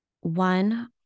One